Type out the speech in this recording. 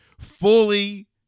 fully